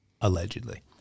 Allegedly